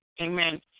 Amen